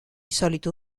solito